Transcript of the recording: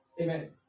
Amen